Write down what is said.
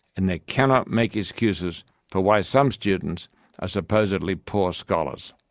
and they cannot make excuses for why some students are supposedly poor scholars.